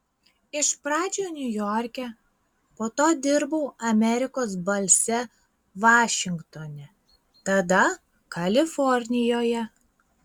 iš pradžių niujorke po to dirbau amerikos balse vašingtone tada kalifornijoje